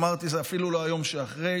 אמרתי שזה אפילו לא היום שאחרי,